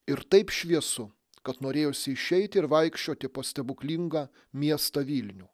ir taip šviesu kad norėjosi išeiti ir vaikščioti po stebuklingą miestą vilnių